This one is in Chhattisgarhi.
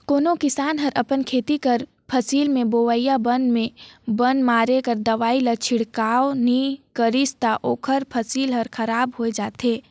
कहों किसान हर अपन खेत कर फसिल में होवइया बन में बन मारे कर दवई कर छिड़काव नी करिस ता ओकर फसिल हर खराब होए जाथे